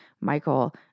Michael –